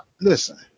Listen